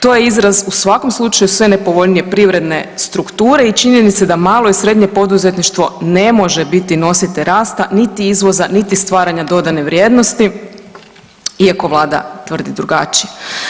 To je izraz u svakom slučaju sve nepovoljnije privredne strukture i činjenice da malo i srednje poduzetništvo ne može biti nositelj rasta, niti izvoza, niti stvaranja dodane vrijednosti iako vlada tvrdi drugačije.